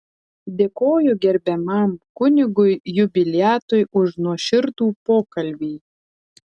dėkoju gerbiamam kunigui jubiliatui už nuoširdų pokalbį